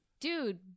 Dude